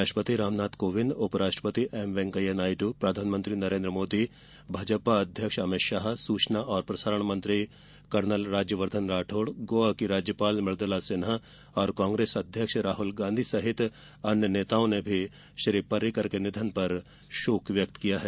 राष्ट्रपति रामनाथ कोविंद उपराष्ट्रपति एम वेंकैया नायडु प्रधानमंत्री नरेन्द्र मोदी भाजपा ेअध्यक्ष अमित शाह सूचना और प्रसारण मंत्री कर्नल राज्यवर्धन राठौड़ गोवा की राज्यपाल मुदुला सिन्हा और कांग्रेस अध्यक्ष राहुल गांधी सहित अन्य नेताओं ने भी श्री पर्रिकर के निधन पर शोक व्यक्त किया है